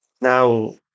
Now